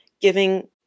giving